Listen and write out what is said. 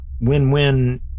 win-win